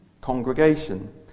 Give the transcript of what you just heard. congregation